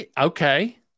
Okay